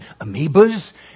amoebas